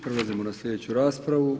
Prelazimo na sljedeću raspravu.